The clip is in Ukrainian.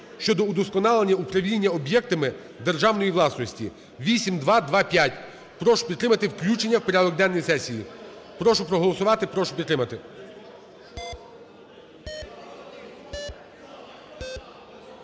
щодо удосконалення управління об'єктами державної власності (8225). Прошу підтримати включення в порядок денний сесії. Прошу проголосувати, прошу підтримати.